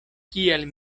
kial